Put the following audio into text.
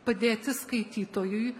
padėti skaitytojui